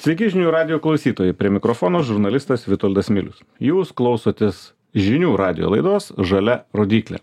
sveiki žinių radijo klausytojai prie mikrofono žurnalistas vitoldas milius jūs klausotės žinių radijo laidos žalia rodyklė